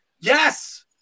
yes